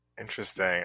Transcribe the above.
Interesting